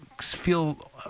feel